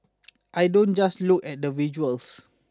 I don't just look at the visuals